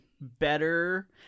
better